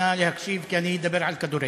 נא להקשיב כי אני אדבר על כדורגל.